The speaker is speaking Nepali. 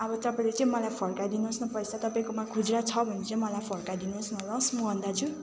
अब तपाईँले चाहिँ मलाई फर्काइदिनुहोस् न पैसा तपाईँकोमा खुज्रा छ भने चोहिँ मलाई फर्काइदिनुहोस् न लस् मोहन दाजु